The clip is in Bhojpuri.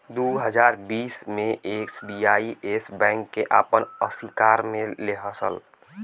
दू हज़ार बीस मे एस.बी.आई येस बैंक के आपन अशिकार मे ले लेहलस